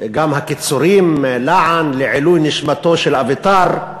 וגם הקיצורים: לע"נ, לעילוי נשמתו, של אביתר,